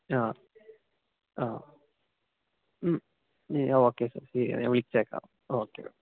okay sir ശരി ഞാന് വിളിച്ചേക്കാം ഓക്കെ